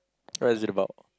what is it about